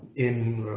in